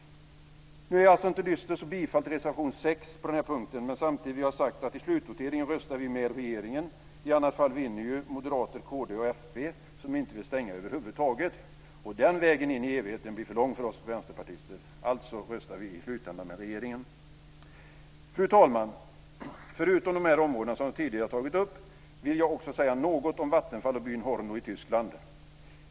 Nu är jag alltså inte dyster, så jag yrkar bifall till reservation 6 på den här punkten, men samtidigt vill jag ha sagt att i slutvoteringen röstar vi med regeringen. I annat fall vinner ju moderater, kristdemokrater och folkpartister som inte vill stänga över huvud taget, och den vägen in i evigheten blir för lång för oss vänsterpartister; alltså röstar vi i slutändan med regeringen. Fru talman! Förutom de områden som jag tidigare har tagit upp vill jag också säga något om Vattenfall och byn Horno i Tyskland.